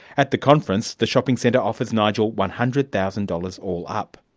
at the conference, the shopping centre offers nigel one hundred thousand dollars all up.